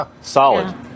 Solid